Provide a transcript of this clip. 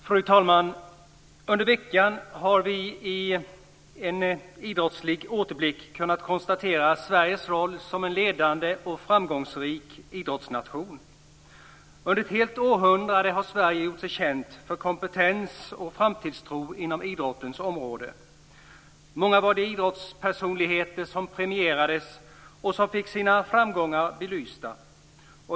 Fru talman! Under veckan har vi i en idrottslig återblick kunnat se tillbaka på Sverige som en ledande och framgångsrik idrottsnation. Under ett helt århundrade har Sverige gjort sig känt för kompetens och framtidstro inom idrottens område. Många var de idrottspersonligheter som nu premierades och fick sina framgångar belysta.